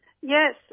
Yes